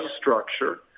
structure